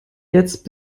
jetzt